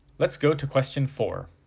let's go to question four.